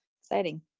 Exciting